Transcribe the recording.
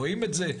רואים את זה.